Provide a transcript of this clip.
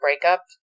breakup